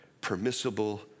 permissible